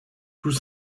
tout